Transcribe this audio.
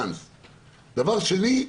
דבר שני,